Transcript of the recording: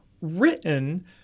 written